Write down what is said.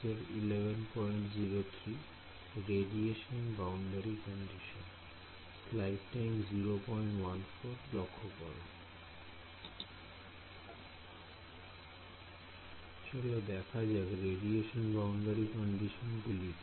চলো দেখা যাক রেডিয়েশন বাউন্ডারি কন্ডিশন গুলিকে